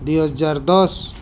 ଦୁଇ ହଜାର ଦଶ